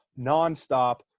nonstop